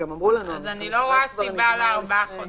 אני לא רואה סיבה לארבעה חודשים.